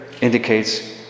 Indicates